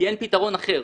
כי אין פתרון אחר.